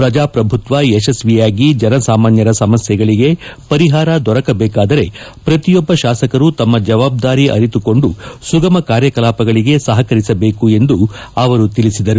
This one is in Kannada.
ಪ್ರಜಾಪ್ರಭುತ್ವ ಯಶಸ್ತಿಯಾಗಿ ಜನ ಸಾಮಾನ್ಗರ ಸಮಸ್ಥೆಗಳಗೆ ಪರಿಹಾರ ದೊರಕಬೇಕಾದರೆ ಪ್ರತಿಯೊಬ್ಬ ಶಾಸಕರು ತಮ್ಮ ಜವಾಬ್ದಾರಿ ಅರಿತುಕೊಂಡು ಸುಗಮ ಕಾರ್ಯಕಲಾಪಗಳಿಗೆ ಸಹಕರಿಸಬೇಕು ಎಂದು ಅವರು ಹೇಳಿದರು